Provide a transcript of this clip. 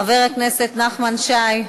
חבר הכנסת נחמן שי,